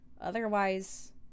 otherwise